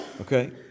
Okay